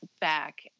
back